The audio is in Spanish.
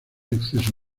acceso